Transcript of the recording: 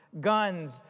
Guns